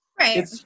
Right